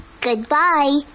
Goodbye